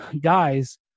guys